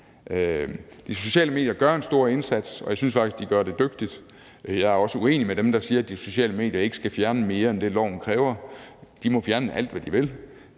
De sociale medier gør en stor indsats, og jeg synes faktisk, at de gør det dygtigt. Jeg er også uenig med dem, der siger, at de sociale medier ikke skal fjerne mere end det, loven kræver. De må fjerne alt, hvad de vil.